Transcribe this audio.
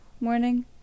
morning